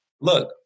Look